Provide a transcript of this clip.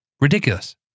Ridiculous